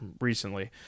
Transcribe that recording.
recently